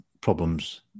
problems